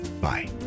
Bye